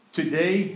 today